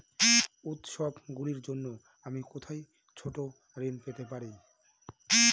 উত্সবগুলির জন্য আমি কোথায় ছোট ঋণ পেতে পারি?